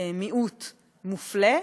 מיעוט מופלה.